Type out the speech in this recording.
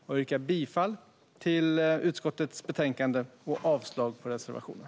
Jag yrkar bifall till utskottets förslag och avslag på reservationen.